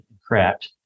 cracked